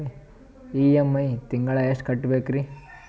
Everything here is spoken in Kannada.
ಇ.ಎಂ.ಐ ತಿಂಗಳ ಎಷ್ಟು ಕಟ್ಬಕ್ರೀ?